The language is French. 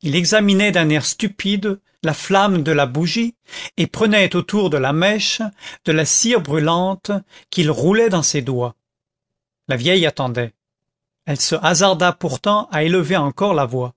il examinait d'un air stupide la flamme de la bougie et prenait autour de la mèche de la cire brûlante qu'il roulait dans ses doigts la vieille attendait elle se hasarda pourtant à élever encore la voix